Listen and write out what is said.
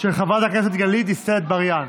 של חברת הכנסת גלית דיסטל אטבריאן.